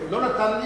שר האוצר לא נתן לי,